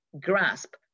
grasp